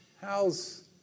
How's